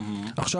עכשיו,